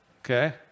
Okay